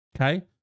Okay